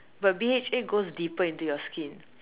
but B_H_A goes deeper into your skin